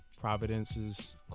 Providence's